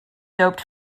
doped